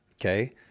Okay